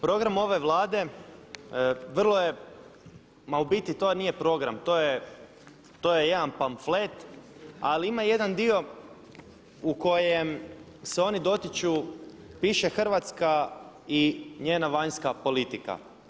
Program ove Vlade vrlo je, ma u biti to nije program, to je jedan pamflet ali ima jedan dio u kojem se oni dotiču, piše Hrvatska i njena vanjska politika.